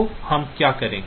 तो हम क्या करें